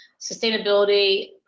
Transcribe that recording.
sustainability